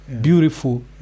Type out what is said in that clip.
beautiful